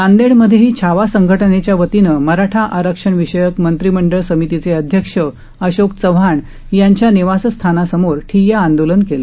नांदेडमध्येही छावा संघटनेच्या वतीनं मराठा आरक्षण विषयक मंत्रीमंडळ समितीचे अध्यक्ष अशोक चव्हाण यांच्या निवासस्थानासमोर ठिया आंदोलन केलं